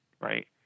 right